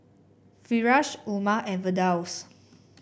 Firash Umar and Firdaus